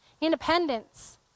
Independence